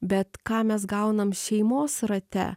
bet ką mes gaunam šeimos rate